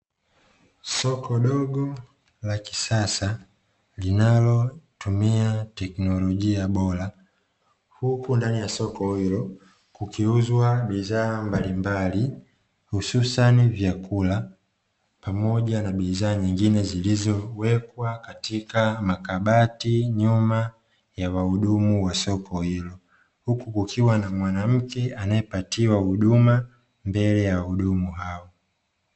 Soko dogo la kisasa linalotumia teknolojia bora, huku ndani ya soko hilo kukiuzwa bidhaa mbalimbali hususan vyakula pamoja na bidhaa nyingine zilizowekwa katika makabati nyuma ya wahudumu wa soko hilo. Huku kukiwa na mwanamke anayepatiwa huduma mbele ya wahudumu hao.